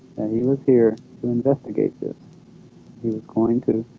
he was here to investigate this he was going to